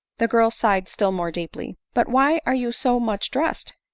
the girl sighed still more deeply. but why are you so much dressed?